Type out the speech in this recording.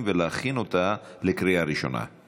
תודה רבה, אדוני.